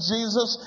Jesus